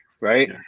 right